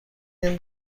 این